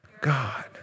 God